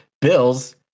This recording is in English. Bills